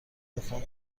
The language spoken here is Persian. میخام